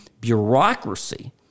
bureaucracy